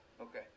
Okay